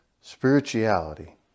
spirituality